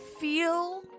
feel